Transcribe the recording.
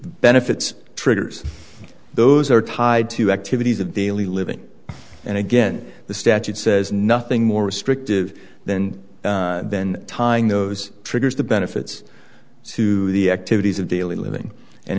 benefits triggers those are tied to activities of daily living and again the statute says nothing more restrictive than then tying those triggers the benefits to the activities of daily living and